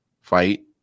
fight